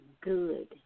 good